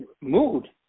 mood